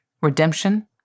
redemption